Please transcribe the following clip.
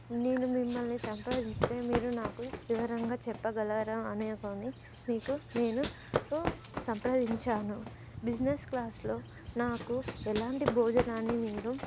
నేను మిమ్మల్ని సంప్రదిస్తే మీరు నాకు వివరంగా చెప్పగలరా అనుకుని మీకు నేను సంప్రదించాను బిజినెస్ క్లాస్లో నాకు ఎలాంటి భోజనాన్ని మీరు